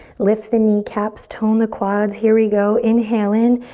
lift the kneecaps, tone the quads. here we go, inhale in.